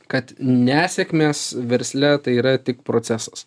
kad nesėkmės versle tai yra tik procesas